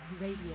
Radio